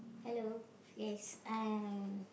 hello yes I